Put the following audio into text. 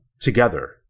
together